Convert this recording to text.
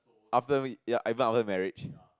after we ya even after marriage